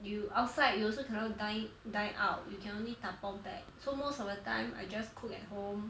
you outside you also cannot dine dine out you can only 打包 back so most of the time I just cook at home